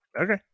okay